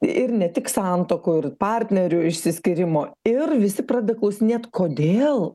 ir ne tik santuokų ir partnerių išsiskyrimo ir visi pradeda klausinėt kodėl